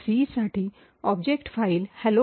C साठी object file hello